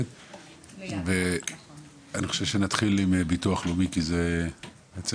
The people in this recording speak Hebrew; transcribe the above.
אנחנו נתחיל עם ביטוח לאומי, כי בעצם